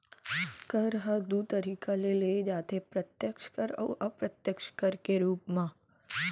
कर ह दू तरीका ले लेय जाथे प्रत्यक्छ कर अउ अप्रत्यक्छ कर के रूप म